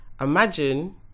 imagine